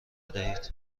دهید